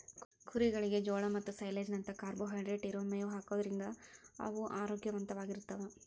ಕುರಿಗಳಿಗೆ ಜೋಳ ಮತ್ತ ಸೈಲೇಜ್ ನಂತ ಕಾರ್ಬೋಹೈಡ್ರೇಟ್ ಇರೋ ಮೇವ್ ಹಾಕೋದ್ರಿಂದ ಅವು ಆರೋಗ್ಯವಂತವಾಗಿರ್ತಾವ